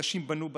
אנשים בנו בתים,